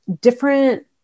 different